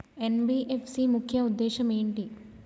NBFC ముఖ్య ఉద్దేశం ఏంటి?